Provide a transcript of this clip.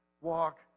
walk